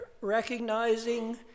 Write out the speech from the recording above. recognizing